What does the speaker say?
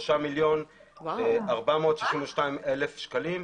3,462,000 שקלים.